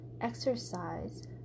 exercise